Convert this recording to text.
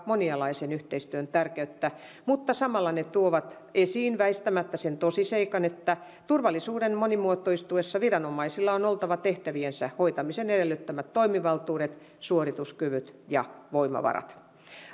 monialaisen yhteistyön tärkeyttä mutta samalla ne tuovat esiin väistämättä sen tosiseikan että turvallisuuden monimuotoistuessa viranomaisilla on oltava tehtäviensä hoitamisen edellyttämät toimivaltuudet suorituskyvyt ja voimavarat